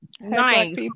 Nice